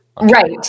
Right